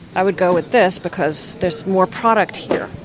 i would go with this, because there's more product here,